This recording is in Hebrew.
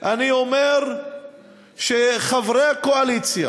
אני אומר שחברי הקואליציה